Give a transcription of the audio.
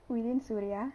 within suria